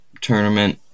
tournament